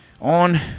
On